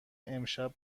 امشب